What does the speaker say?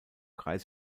kreis